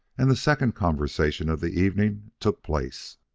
and the second conversation of the evening took place.